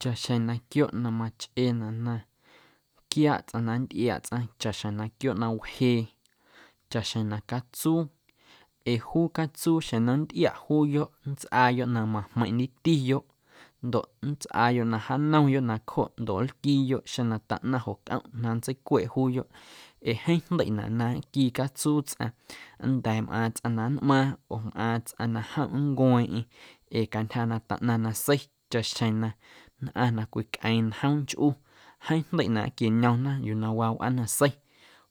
Chaꞌxjeⁿ na quiooꞌ na machꞌeenaꞌ na quiaaꞌ tsꞌaⁿ na nntꞌiaaꞌ tsꞌaⁿ chaꞌxjeⁿ na quiooꞌ na wjee chaꞌxjeⁿ na catsuu ee juu catsuu xeⁿ na nntꞌiaꞌ juuyoꞌ nntsꞌaayoꞌ na majmeiⁿꞌñetiyoꞌ ndoꞌ nntsꞌaayoꞌ na jaanomyoꞌ nacjoꞌ ndoꞌ nlquiiyoꞌ xeⁿ na taꞌnaⁿ joꞌ cꞌomꞌ na nntseicweꞌ juuyoꞌ ee jeeⁿ jndeiꞌnaꞌ na aaquii catsuu tsꞌaⁿ nnda̱a̱ mꞌaaⁿ tsꞌaⁿ na nꞌmaaⁿ oo mꞌaaⁿ tsꞌaⁿ na jom nncueeⁿꞌeⁿ ee cantyja na taꞌnaⁿ nasei chaꞌxjeⁿ na nnꞌaⁿ na cwicꞌeeⁿ njoomnchꞌu jeeⁿ jndeiꞌnaꞌ aaquieñomna yuu na waa wꞌaanasei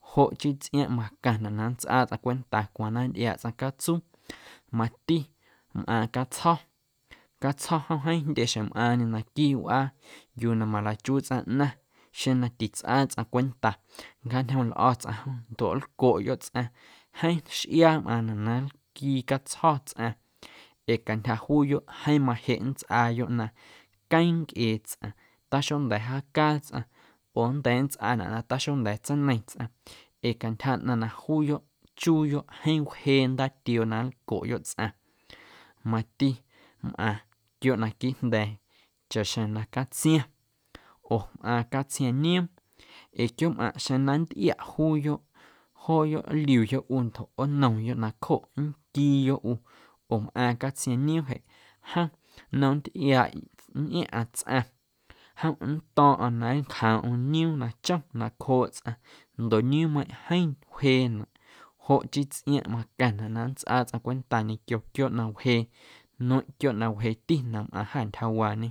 joꞌ chii tsꞌiaaⁿꞌ macaⁿnaꞌ na nntsꞌaa tsꞌaⁿ cwenta cwaaⁿ na nntꞌiaaꞌ tsꞌaⁿ catsuu mati mꞌaaⁿ catsjo̱, catsjo̱ jom jeeⁿ jndye xjeⁿ mꞌaaⁿñe naquiiꞌ wꞌaa yuu na maleichuu tsꞌaⁿ ꞌnaⁿ xeⁿ na titsꞌaa tsꞌaⁿ cwenta nncjaañjom lꞌo̱ tsꞌaⁿ jom ndoꞌ nlcoꞌyoꞌ tsꞌaⁿ jeeⁿ xꞌiaa mꞌaaⁿnaꞌ na nlquii catsjo̱ tsꞌaⁿ ee cantyja juuyoꞌ jeeⁿ majeꞌ nntsꞌaayoꞌ na queeⁿ ncꞌee tsꞌaⁿ taxonda̱a̱ jaacaa tsꞌaⁿ oo nnda̱a̱ nntsꞌaanaꞌ na taxonda̱a̱ nntseineiⁿ tsꞌaⁿ ee cantyja ꞌnaⁿ na juuyoꞌ chuuyoꞌ jeeⁿ wjee ndaatioo na nlcoꞌyoꞌ tsꞌaⁿ mati mꞌaⁿ quiooꞌ naquiiꞌ jnda̱a̱ chaꞌxjeⁿ na catsiaⁿ oo mꞌaaⁿ catsiaⁿ nioom ee quiooꞌmꞌaⁿꞌ xeⁿ na nntꞌiaꞌ juuyoꞌ jooyoꞌ nliuyoꞌ ꞌu ndoꞌ ꞌoonomyoꞌ nacjoꞌ nquiiyoꞌ ꞌu oo mꞌaaⁿ catsiaⁿ nioom jeꞌ jomꞌ nnom nntiꞌaaꞌ nntꞌiaⁿꞌaⁿ tsꞌaⁿ jom nnto̱o̱ⁿꞌo̱ⁿ na nncjoomꞌm nioom na chom nacjooꞌ tsꞌaⁿ ndoꞌ nioommeiⁿꞌ jeeⁿ wjeenaꞌ joꞌ chii tsꞌiaaⁿꞌ macaⁿnaꞌ na nntsꞌaa tsꞌaⁿ cwenta ñequio quiooꞌ na wjee nueⁿꞌ quiooꞌ na wjeeti na mꞌaⁿ ja ntyjawaañe.